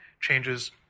changes